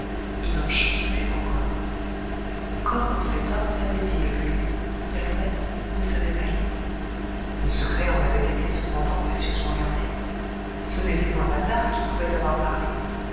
il en chancelait encore comment cet homme savait-il que lui lalouette ne savait pas lire le secret en avait été cependant précieusement gardé ce n'était point patard qui pouvait avoir parlé